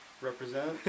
Represent